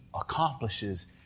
accomplishes